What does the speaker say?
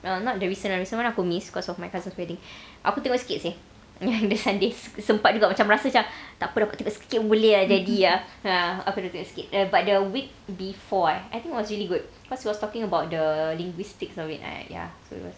well not the recent one the recent one aku miss cause of my cousin's wedding aku tengok sikit seh the sundays sempat juga rasa macam takpe aku tengok sikit pun boleh ah jadi ah aku tengok sikit but the week before ah I think was really good cause he was talking about the linguistics of it right ya